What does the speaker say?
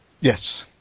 Yes